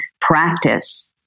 practice